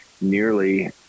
nearly